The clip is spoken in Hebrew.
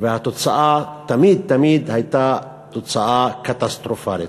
והתוצאה תמיד תמיד הייתה תוצאה קטסטרופלית.